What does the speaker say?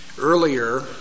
Earlier